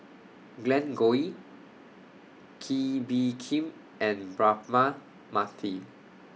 Glen Goei Kee Bee Khim and Braema Mathi